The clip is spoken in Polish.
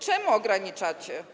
Czemu ograniczacie?